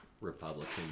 Republican